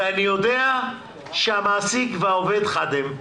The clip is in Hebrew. ואני יודע שהמעסיק והעובד חד הם,